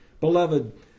Beloved